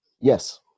Yes